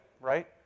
right